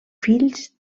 fills